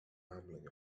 rambling